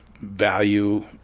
value